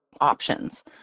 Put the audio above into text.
options